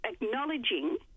acknowledging